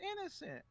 innocent